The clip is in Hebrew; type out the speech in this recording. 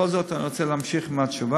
בכל זאת אני רוצה להמשיך בתשובה.